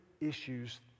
issues